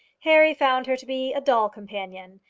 harry found her to be a dull companion,